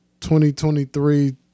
2023